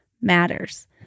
matters